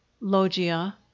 logia